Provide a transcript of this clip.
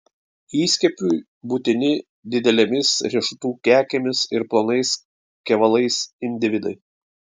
įskiepiui būtini didelėmis riešutų kekėmis ir plonais kevalais individai